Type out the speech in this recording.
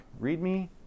ReadMe